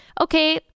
okay